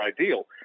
ideal